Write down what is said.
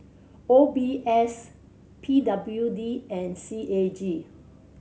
O B S P W D and C A G